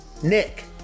Nick